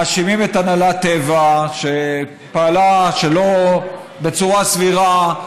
מאשימים את הנהלת טבע שפעלה בצורה לא סבירה,